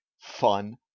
fun